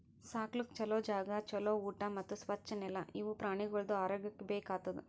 ಸಾಕ್ಲುಕ್ ಛಲೋ ಜಾಗ, ಛಲೋ ಊಟಾ ಮತ್ತ್ ಸ್ವಚ್ ನೆಲ ಇವು ಪ್ರಾಣಿಗೊಳ್ದು ಆರೋಗ್ಯಕ್ಕ ಬೇಕ್ ಆತುದ್